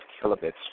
kilobits